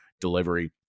delivery